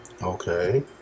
okay